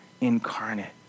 incarnate